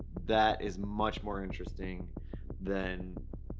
that is much more interesting than.